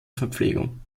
verpflegung